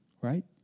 right